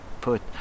put